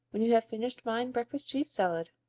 when you have finished mine breakfast cheese salad,